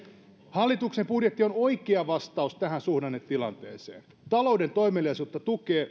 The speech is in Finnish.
hallituksen budjetti on oikea vastaus tähän suhdannetilanteeseen talouden toimeliaisuutta